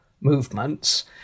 movements